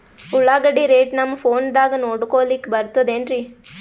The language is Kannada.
ಉಳ್ಳಾಗಡ್ಡಿ ರೇಟ್ ನಮ್ ಫೋನದಾಗ ನೋಡಕೊಲಿಕ ಬರತದೆನ್ರಿ?